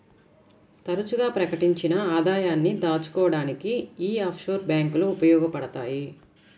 తరచుగా ప్రకటించని ఆదాయాన్ని దాచుకోడానికి యీ ఆఫ్షోర్ బ్యేంకులు ఉపయోగించబడతయ్